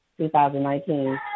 2019